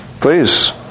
Please